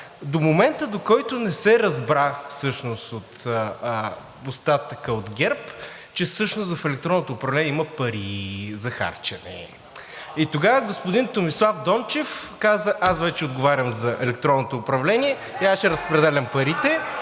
до момента, до който не се разбра всъщност от остатъка от ГЕРБ, че всъщност в електронното управление има пари за харчене. И тогава господин Томислав Дончев каза: аз вече отговарям за електронното управление и аз ще разпределям парите